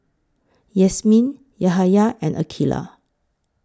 Yasmin Yahaya and Aqilah